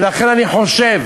לכן אני חושב